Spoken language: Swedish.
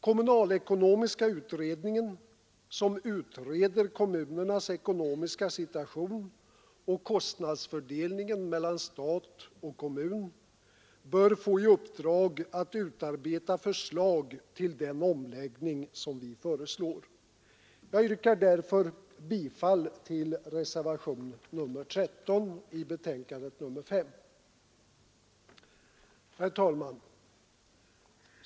Kommunalekonomiska utredningen, som utreder kommunernas ekonomiska situation och kostnadsfördelningen mellan stat och kommun, bör få i uppdrag att utarbeta förslag till den omläggning som vi föreslår. Jag yrkar därför bifall till reservation 13 i socialutskottets betänkande nr 5. Herr talman!